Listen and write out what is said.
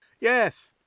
Yes